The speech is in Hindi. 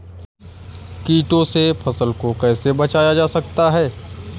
कीटों से फसल को कैसे बचाया जा सकता है?